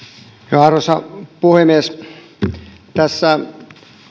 arvoisa puhemies tässä